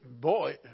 boy